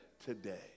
today